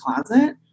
closet